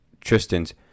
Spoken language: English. tristan's